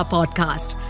Podcast